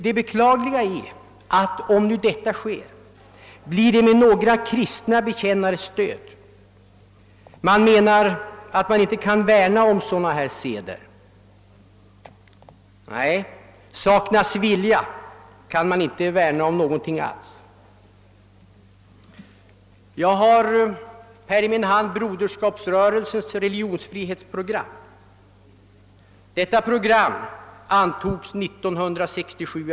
Det beklagliga är att om detta nu blir fallet, så kommer det att ske med några kristna bekännares stöd. Dessa menar, att man inte kan värna om sådana här seder. Nej, saknas viljan kan man inte värna om någonting alls. Jag har här i min hand Broderskapsrörelsens religionsfrihetsprogram, som antogs i augusti 1967.